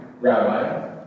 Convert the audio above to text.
Rabbi